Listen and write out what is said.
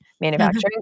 manufacturing